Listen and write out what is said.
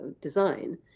design